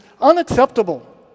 unacceptable